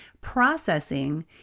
Processing